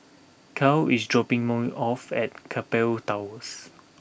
Carl is dropping me off at Keppel Towers